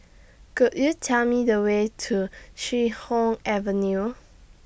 Could YOU Tell Me The Way to Chee Hoon Avenue